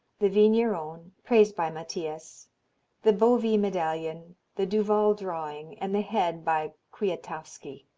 the vigneron praised by mathias the bovy medallion, the duval drawing, and the head by kwiatowski.